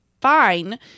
fine